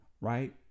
Right